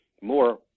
more